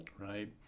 Right